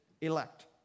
elect